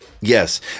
Yes